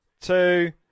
Two